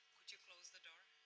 could you close the door?